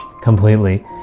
completely